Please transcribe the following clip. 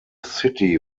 city